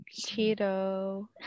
Cheeto